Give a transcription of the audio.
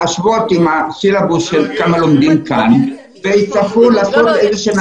להשוות עם הסילבוס של כמה לומדים כאן ויצטרכו לעשות איזה שהן